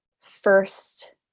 first